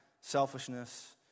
selfishness